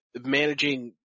managing